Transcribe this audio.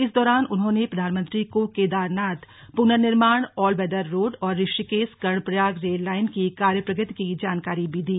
इस दौरान उन्होंने प्रधानमंत्री को केदारनाथ पुनर्निर्माण ऑल वेदर रोड और ऋषिकेश कर्णप्रयाग रेल लाइन की कार्य प्रगति की जानकारी भी दी